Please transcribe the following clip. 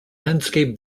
landscape